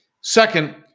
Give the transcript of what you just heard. Second